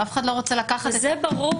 אף אחד לא רוצה לקחת --- זה ברור.